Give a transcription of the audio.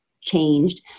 changed